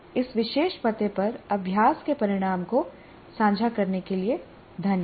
इस विशेष पते पर अभ्यास के परिणाम को साझा करने के लिए धन्यवाद